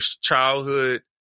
childhood